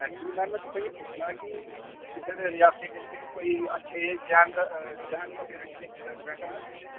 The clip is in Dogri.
ऐक्चुअली मैम में तुसेंगी पुच्छना हा कि इद्धर रेयासी डिस्ट्रिक च कोई अच्छे जैन जैन कम्युनिटी दे कोई रेस्टूरेंट हैन